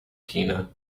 tina